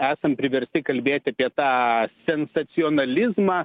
esam priversti kalbėti apie tą sensacionalizmą